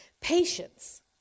Patience